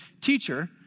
teacher